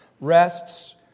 rests